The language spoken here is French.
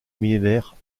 millénaire